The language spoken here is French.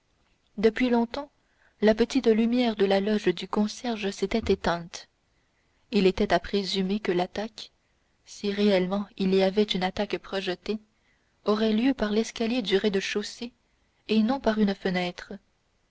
depuis longtemps la petite lumière de la loge du concierge s'était éteinte il était à présumer que l'attaque si réellement il y avait une attaque projetée aurait lieu par l'escalier du rez-de-chaussée et non par une fenêtre